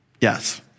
Yes